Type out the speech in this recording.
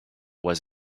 was